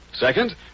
Second